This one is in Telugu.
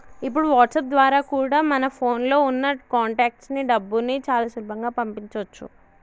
ఇప్పుడు వాట్సాప్ ద్వారా కూడా మన ఫోన్ లో ఉన్న కాంటాక్ట్స్ కి డబ్బుని చాలా సులభంగా పంపించొచ్చు